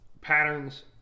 patterns